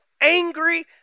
angry